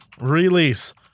release